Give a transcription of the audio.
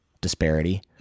disparity